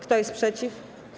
Kto jest przeciw?